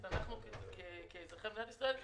אבל בצוק העיתים ומכיוון שכרגע הוועדה שרשות שוק ההון הקימה,